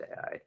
AI